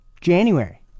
January